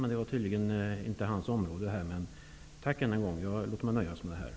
Men det var tydligen inte hans område. Tack än en gång. Jag låter mig nöja med detta.